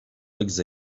legs